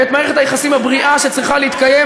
ואת מערכת היחסים הבריאה שצריכה להתקיים,